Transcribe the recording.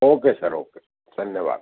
okay sir okay धन्यवाद